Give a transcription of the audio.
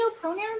pronouns